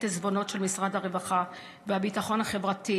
עיזבונות של משרד הרווחה והביטחון החברתי,